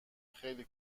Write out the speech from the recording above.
خیلی